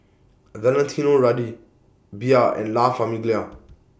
Valentino Rudy Bia and La Famiglia